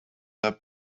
not